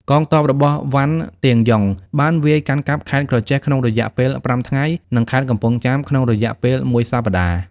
កងទ័ពរបស់ វ៉ាន់ ទៀនយុង បានវាយកាន់កាប់ ខេត្តក្រចេះ ក្នុងរយៈពេលប្រាំថ្ងៃ និងខេត្តកំពង់ចាមក្នុងរយៈ ពេលមួយសប្តាហ៍។